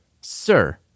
sir